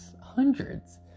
hundreds